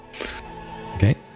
Okay